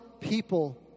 people